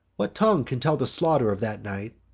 what tongue can tell the slaughter of that night?